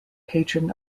patron